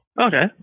Okay